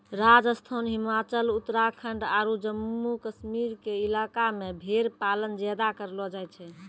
राजस्थान, हिमाचल, उत्तराखंड आरो जम्मू कश्मीर के इलाका मॅ भेड़ पालन ज्यादा करलो जाय छै